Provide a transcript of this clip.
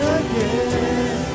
again